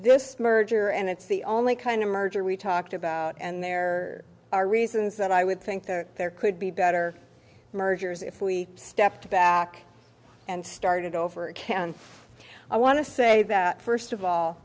this merger and it's the only kind of merger we talked about and there are reasons that i would think that there could be better mergers if we stepped back and started over can i want to say that first of all